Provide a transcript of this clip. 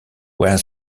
were